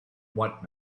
want